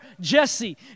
Jesse